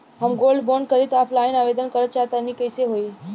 हम gold bond करंति offline आवेदन करल चाह तनि कइसे होई?